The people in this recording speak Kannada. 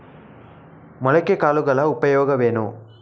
ಮೊಳಕೆ ಕಾಳುಗಳ ಉಪಯೋಗವೇನು?